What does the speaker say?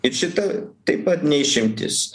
ir šita taip pat ne išimtis